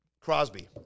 Crosby